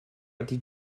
ydy